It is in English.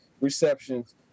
receptions